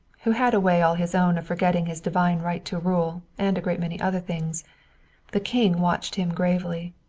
who had a way all his own of forgetting his divine right to rule, and a great many other things the king watched him gravely.